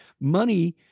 money